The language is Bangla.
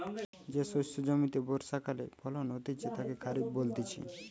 যে শস্য জমিতে বর্ষাকালে ফলন হতিছে তাকে খরিফ বলতিছে